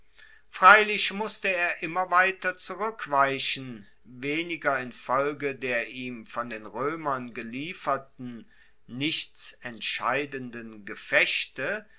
freilich musste er immer weiter zurueckweichen weniger in folge der ihm von den roemern gelieferten nichts entscheidenden gefechte